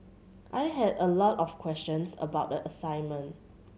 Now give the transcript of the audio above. I had a lot of questions about the assignment